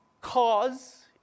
cause